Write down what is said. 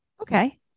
Okay